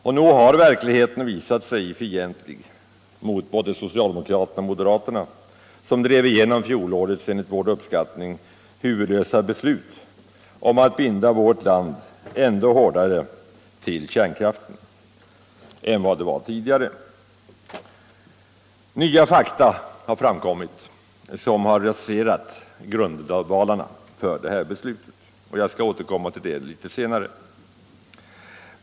Och nog har verkligheten visat sig fientlig mot både socialdemokraterna och moderaterna, som drev igenom fjolårets enligt vår uppfattning huvudlösa beslut om att binda vårt land hårdare till kärnkraften än tidigare. Nya fakta har framkommit som utöver tidigare skäl har raserat grundvalarna för detta beslut, och jag skall återkomma till det litet senare.